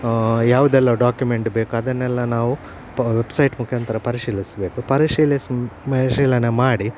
ಯಾವುದೆಲ್ಲ ಡಾಕ್ಯುಮೆಂಟ್ ಬೇಕು ಅದನ್ನೆಲ್ಲ ನಾವು ಪಾ ವೆಬ್ಸೈಟ್ ಮುಖಾಂತರ ಪರಿಶೀಲಿಸಬೇಕು ಪರಿಶೀಲಿಸಿ ಪರಿಶೀಲನೆ ಮಾಡಿ